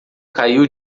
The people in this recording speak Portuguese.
caiu